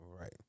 Right